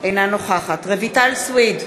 אינה נוכחת רויטל סויד,